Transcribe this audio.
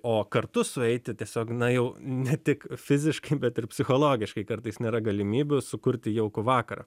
o kartu sueiti tiesiog na jau ne tik fiziškai bet ir psichologiškai kartais nėra galimybių sukurti jaukų vakarą